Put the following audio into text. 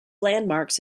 landmarks